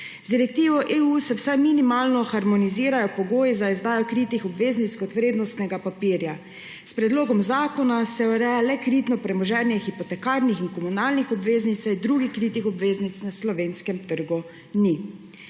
Z direktivo EU se vsaj minimalno harmonizirajo pogoji za izdajo kritih obveznic kot vrednostnih papirjev. S predlogom zakona se ureja le kritno premoženje hipotekarnih in komunalnih obveznic, saj drugih kritih obveznic na slovenskem trgu ni.